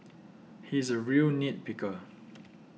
he is a real nit picker